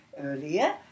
earlier